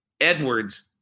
Edwards